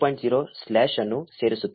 0 slash ಅನ್ನು ಸೇರಿಸುತ್ತೇವೆ